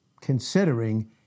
considering